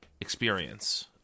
experience